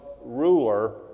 ruler